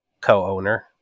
co-owner